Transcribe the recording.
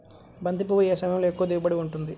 బంతి పువ్వు ఏ సమయంలో ఎక్కువ దిగుబడి ఉంటుంది?